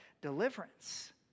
deliverance